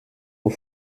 aux